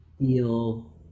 feel